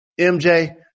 MJ